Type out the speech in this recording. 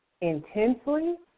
intensely